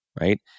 right